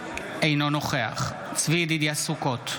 אינו נוכח צבי ידידיה סוכות,